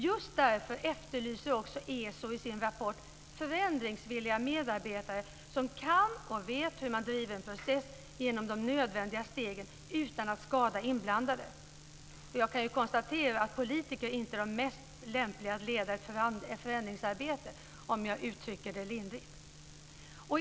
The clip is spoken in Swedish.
Just därför efterlyser också ESO i sin rapport förändringsvilliga medarbetare som vet hur man driver en process genom de nödvändiga stegen utan att skada de inblandade. Jag kan konstatera att politiker inte är de mest lämpliga att leda ett förändringsarbete, om jag uttrycker det lindrigt.